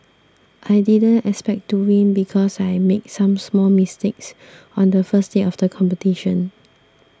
I didn't expect to win because I made some small mistakes on the first day of the competition